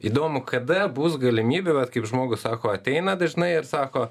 įdomu kada bus galimybė vat kaip žmogus sako ateina dažnai ir sako